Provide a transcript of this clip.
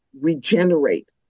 regenerate